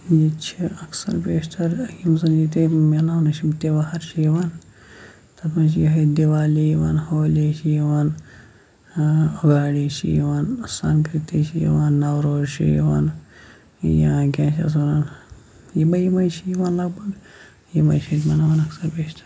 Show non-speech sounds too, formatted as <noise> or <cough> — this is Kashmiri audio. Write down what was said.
ییٚتہِ چھِ اَکثَر بیشتَر یِم زَن ییٚتہِ میلان ٲسۍ یِم تہوار چھِ یِوان تَتھ منٛز چھِ یِہَے دِیوالی یِوان ہولی چھِ یِوان <unintelligible> چھِ یِوان سنٛسکرٔتی چھِ یِوان نَوروز چھِ یِوان یا کیٛاہ چھِ اَتھ وَنان یِمَے یِمَے چھِ یِوان لگ بھگ یِمَے چھِ أسۍ مَناوان اَکثَر بیشتَر